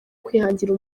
kwihangira